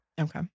Okay